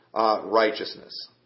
righteousness